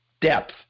depth